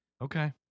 Okay